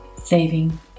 saving